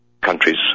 countries